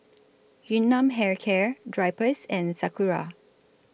Yun Nam Hair Care Drypers and Sakura